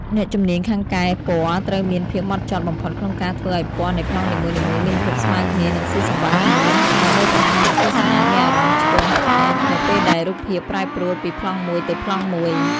អ្នកជំនាញខាងកែពណ៌ត្រូវមានភាពហ្មត់ចត់បំផុតក្នុងការធ្វើឱ្យពណ៌នៃប្លង់នីមួយៗមានភាពស្មើគ្នា និងស៊ីសង្វាក់គ្នា ដើម្បីកុំឱ្យអ្នកទស្សនាមានអារម្មណ៍ឆ្គងភ្នែកនៅពេលដែលរូបភាពប្រែប្រួលពីប្លង់មួយទៅប្លង់មួយ។